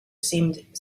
seemed